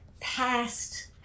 past